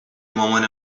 مامان